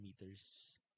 meters